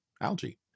algae